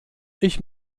ich